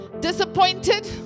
disappointed